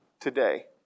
today